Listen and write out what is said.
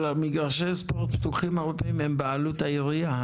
מגרשי ספורט הפתוחים הם הרבה פעמים בבעלות העירייה.